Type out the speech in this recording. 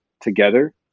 together